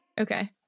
Okay